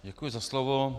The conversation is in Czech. Děkuji za slovo.